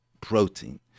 protein